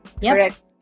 Correct